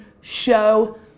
Show